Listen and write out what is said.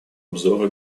обзора